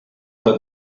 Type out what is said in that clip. but